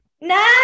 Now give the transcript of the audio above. no